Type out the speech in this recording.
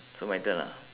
so my turn ah